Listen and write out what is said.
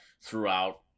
throughout